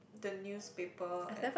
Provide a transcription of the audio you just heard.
the newspaper and